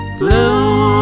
blue